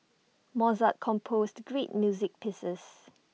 Mozart composed great music pieces